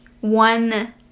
One